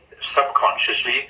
Subconsciously